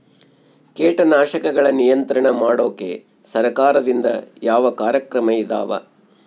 ಕೇಟನಾಶಕಗಳ ನಿಯಂತ್ರಣ ಮಾಡೋಕೆ ಸರಕಾರದಿಂದ ಯಾವ ಕಾರ್ಯಕ್ರಮ ಇದಾವ?